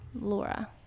Laura